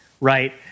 Right